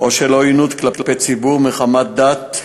או של עוינות לציבור מחמת דת,